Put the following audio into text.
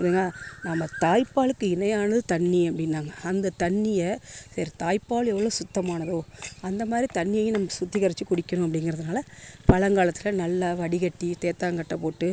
நம்ம தாய்ப்பாலுக்கு இணையானது தண்ணி அப்படின்னாங்க அந்த தண்ணியை தாய்ப்பால் எவ்வளோ சுத்தமானதோ அந்த மாதிரி தண்ணியையும் நம்ப சுத்திகரிச்சு குடிக்கணும் அப்படிங்கிறதுனால் பழங்காலத்தில் நல்லா வடிகட்டி தேத்தாங்கொட்டை போட்டு